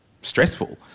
stressful